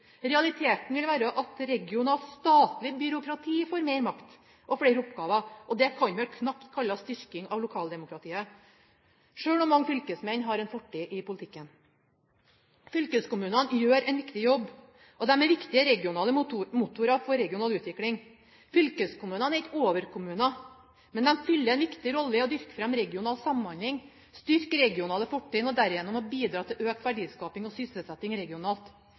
Realiteten vil være at regionalt statlig byråkrati får mer makt og flere oppgaver, og det kan vel knapt kalles styrking av lokaldemokratiet selv om mange fylkesmenn har en fortid i politikken. Fylkeskommunene gjør en viktig jobb, og de er viktige regionale motorer for regional utvikling. Fylkeskommunene er ikke overkommuner, men de fyller en viktig rolle i å dyrke fram regional samhandling og styrke regionale fortrinn og derigjennom bidra til økt verdiskaping og sysselsetting regionalt.